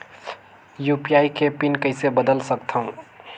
UPI के pin कइसे बदल सकथव?